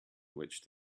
which